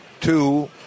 two